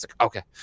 Okay